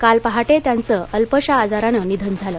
काल पहाटे त्यांचं अल्पश्या आजारानं निधन झालं